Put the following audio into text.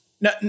No